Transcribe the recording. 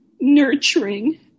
nurturing